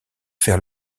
faire